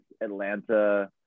Atlanta